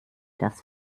das